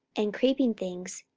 and creeping things,